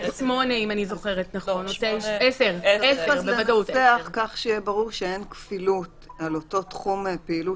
סעיף 10. צריך לנסח כך שיהיה ברור שאין כפילות על אותו תחום פעילות